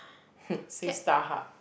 say StarHub